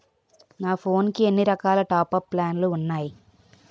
నా ఫోన్ కి ఎన్ని రకాల టాప్ అప్ ప్లాన్లు ఉన్నాయి?